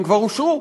הן כבר אושרו.